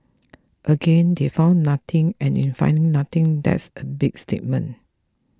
again they found nothing and in finding nothing that's a big statement